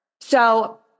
So-